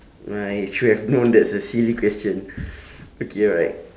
right should have known that's a silly question okay right